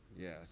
Yes